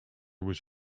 was